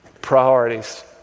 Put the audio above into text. Priorities